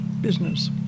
business